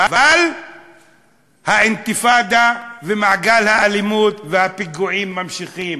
אבל האינתיפאדה ומעגל האלימות והפיגועים נמשכים.